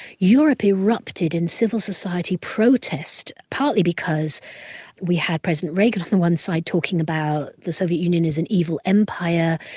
europe erupted in civil society protest, partly because we had president reagan on one side talking about the soviet union as an evil empire,